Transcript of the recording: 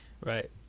Right